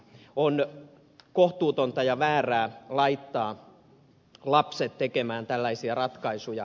on kohtuutonta ja väärää laittaa lapset tekemään tällaisia ratkaisuja